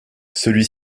celui